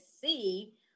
see